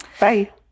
Bye